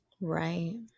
right